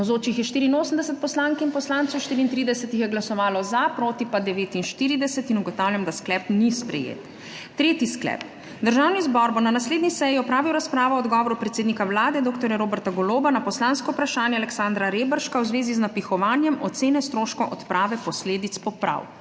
Navzočih je 84 poslank in poslancev, 34 jih je glasovalo za, proti pa 49. (Za je glasovalo 34.) (Proti 49.) Ugotavljam, da sklep ni sprejet. Tretji sklep: Državni zbor bo na naslednji seji opravil razpravo o odgovoru predsednika Vlade dr. Roberta Goloba na poslansko vprašanje Aleksandra Reberška v zvezi z napihovanjem ocene stroškov odprave posledic poplav.